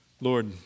Lord